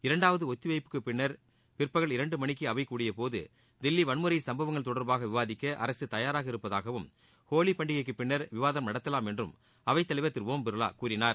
இரண்டாவது ஒத்தி வைப்புக்குப் பின்னர் பிற்பகல் இரண்டு மணிக்கு அவை கூடியபோது தில்லி வன்முறை சம்பவங்கள் தொடர்பாக விவாதிக்க அரசு தயாராக இருப்பதாகவும் ஹோலி பண்டிகைக்குப் பின்னர் விவாதம் நடத்தலாம் என்றும் அவைத்தலைவர் திரு ஓம் பிர்லா கூறினார்